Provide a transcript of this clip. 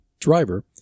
driver